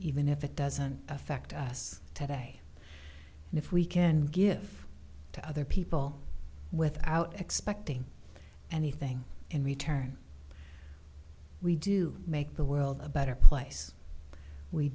even if it doesn't affect us today and if we can give to other people without expecting anything in return we do make the world a better place we